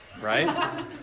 right